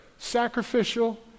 sacrificial